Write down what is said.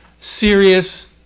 serious